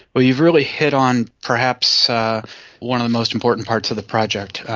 but you've really hit on perhaps one of the most important parts of the project,